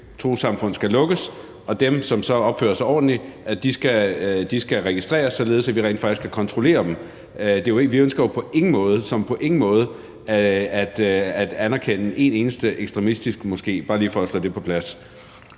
trossamfund skal lukkes, og at dem, der så opfører sig ordentligt, skal registreres, således at vi rent faktisk kan kontrollere dem. Vi ønsker jo på ingen måde – på ingen måde – at anerkende en eneste ekstremistisk moské. Det er bare lige for at slå det på plads.